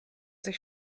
sich